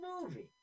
movie